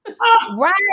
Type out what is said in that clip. Right